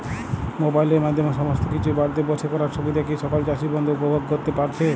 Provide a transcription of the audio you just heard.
মোবাইলের মাধ্যমে সমস্ত কিছু বাড়িতে বসে করার সুবিধা কি সকল চাষী বন্ধু উপভোগ করতে পারছে?